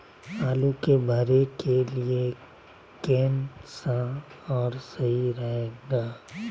आलू के भरे के लिए केन सा और सही रहेगा?